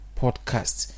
podcast